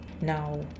Now